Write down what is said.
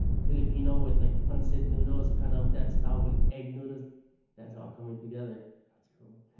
filipino with like pancit noodles, kind of that style with egg noodles that's all coming together that's cool.